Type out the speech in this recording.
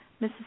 Mrs